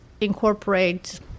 incorporate